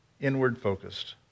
inward-focused